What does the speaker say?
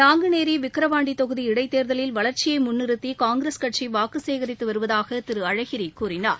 நாங்குநேரி விக்ரவாண்டி தொகுதி இடைத்தேர்தலில் வள்ச்சியை முன்நிறுத்தி காங்கிரஸ் கட்சி வாக்கு சேகரித்து வருவதாகக் திரு அழகிரி கூறினார்